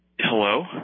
hello